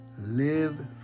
Live